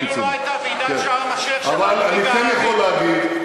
כאילו לא הייתה ועידת שארם-א-שיח' של הליגה הערבית.